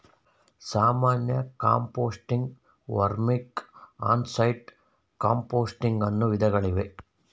ಸಾಮಾನ್ಯ composting, vermic, on site composting ಅನ್ನೂ ವಿಧಗಳಿವೆ